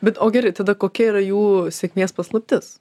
bet o gerai tada kokia yra jų sėkmės paslaptis